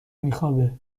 میخوابه